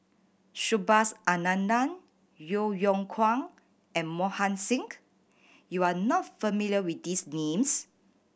Subhas Anandan Yeo Yeow Kwang and Mohan Singh you are not familiar with these names